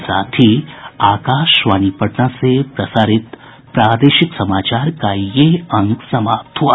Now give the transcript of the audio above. इसके साथ ही आकाशवाणी पटना से प्रसारित प्रादेशिक समाचार का ये अंक समाप्त हुआ